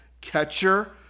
catcher